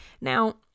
Now